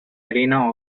arena